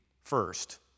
first